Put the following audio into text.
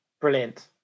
brilliant